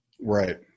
Right